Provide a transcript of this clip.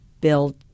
build